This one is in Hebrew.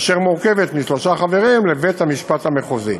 אשר מורכבת משלושה חברים לבית-משפט מחוזי.